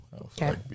Okay